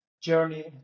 journey